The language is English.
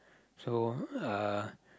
so uh